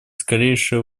скорейшее